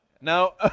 No